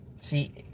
see